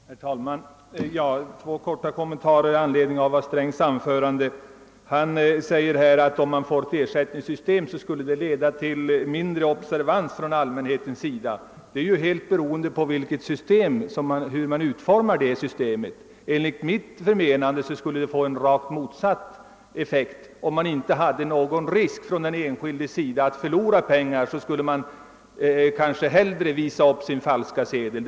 Herr talman! Låt mig göra två korta kommentarer i anledning av herr Strängs anförande. Han säger att ett ersättningssystem skulle leda till mindre observans från allmänhetens sida. Det är ju helt beroende på hur man utformar systemet. Enligt min mening skulle det få en rakt motsatt effekt. Om den enskilde inte löpte risk att förlora pengar skulle han hellre visa upp sin falska sedel.